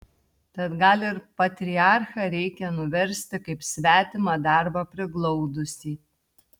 tad gal ir patriarchą reikia nuversti kaip svetimą darbą priglaudusį